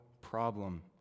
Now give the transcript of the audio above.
problem